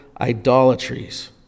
idolatries